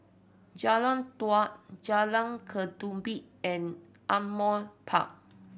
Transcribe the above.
Jalan Daud Jalan Ketumbit and Ardmore Park